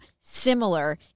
similar